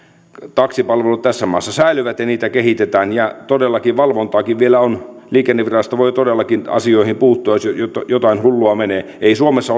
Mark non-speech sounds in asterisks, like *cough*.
taksipalvelut tässä maassa säilyvät ja niitä kehitetään ja todellakin valvontaakin vielä on liikennevirasto voi todellakin asioihin puuttua jos jotain hullua menee ei suomessa *unintelligible*